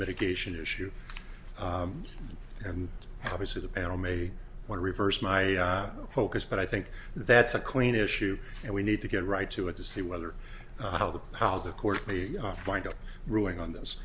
mitigation issue and obviously the panel may want to reverse my focus but i think that's a clean issue and we need to get right to it to see whether how the how the court the final ruling on this